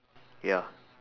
ya